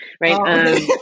right